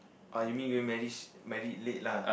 oh you mean you going marry married late lah